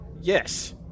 Yes